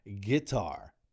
guitar